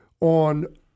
on